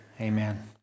Amen